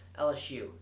LSU